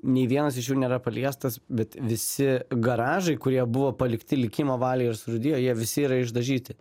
nei vienas iš jų nėra paliestas bet visi garažai kurie buvo palikti likimo valiai ir surūdijo jie visi yra išdažyti